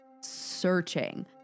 searching